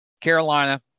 Carolina